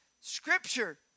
Scripture